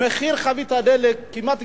מחיר חבית הדלק הגיע כמעט